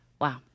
Wow